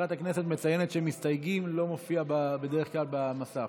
מזכירת הכנסת מציינת שמסתייגים לא מופיעים בדרך כלל במסך,